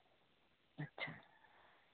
ᱟᱪᱪᱷᱟ